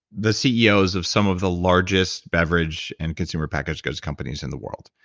the ceos of some of the largest beverage and consumer packaged goods company in the world,